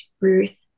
Ruth